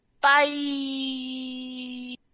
Bye